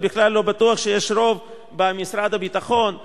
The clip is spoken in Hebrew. ובכלל לא בטוח שיש רוב במועצת הביטחון.